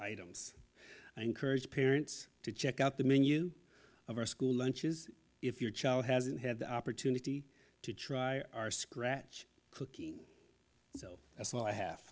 items i encourage parents to check out the menu of our school lunches if your child hasn't had the opportunity to try our scratch cookie so that's all i have